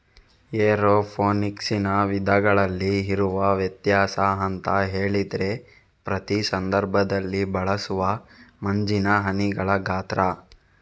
ಏರೋಫೋನಿಕ್ಸಿನ ವಿಧಗಳಲ್ಲಿ ಇರುವ ವ್ಯತ್ಯಾಸ ಅಂತ ಹೇಳಿದ್ರೆ ಪ್ರತಿ ಸಂದರ್ಭದಲ್ಲಿ ಬಳಸುವ ಮಂಜಿನ ಹನಿಗಳ ಗಾತ್ರ